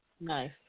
Nice